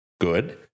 good